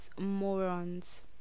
morons